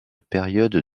période